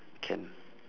can